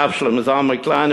הרב שלמה זלמן קליין,